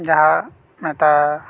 ᱡᱟᱦᱟᱸ ᱢᱮᱛᱷᱟ